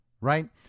right